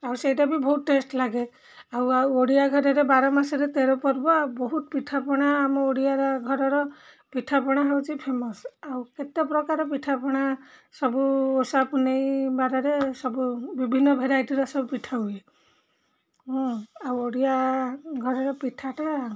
ଆଉ ସେଇଟା ବି ବହୁତ ଟେଷ୍ଟ ଲାଗେ ଆଉ ଆଉ ଓଡ଼ିଆ ଘରରେ ବାର ମାସରେ ତେର ପର୍ବ ଆଉ ବହୁତ ପିଠାପଣା ଆମ ଓଡ଼ିଆ ଘରର ପିଠାପଣା ହେଉଛି ଫେମସ୍ ଆଉ କେତେପ୍ରକାର ପିଠାପଣା ସବୁ ଓଷା ପୁନେଇଁବାରରେ ସବୁ ବିଭିନ୍ନ ଭେରାଇଟିର ସବୁ ପିଠା ହୁଏ ଆଉ ଓଡ଼ିଆ ଘରର ପିଠାଟା